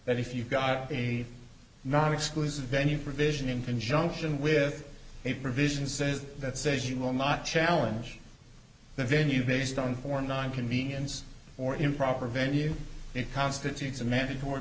that if you've got a non exclusive then you provision in conjunction with a provision says that says you will not challenge the venue based on for nine convenience or improper venue it constitutes a mandatory